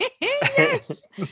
yes